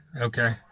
Okay